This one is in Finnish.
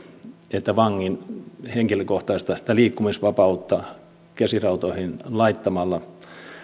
että vangin henkilökohtaista liikkumisvapautta käsirautoihin laittamalla